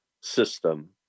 system